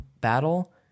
battle